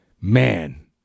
man